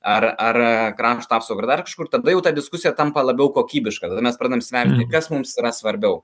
ar ar krašto apsaugai ar dar kažkur tada jau ta diskusija tampa labiau kokybiška tada mes pradedam sverti kas mums yra svarbiau